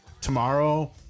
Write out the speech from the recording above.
tomorrow